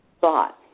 thought